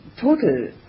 total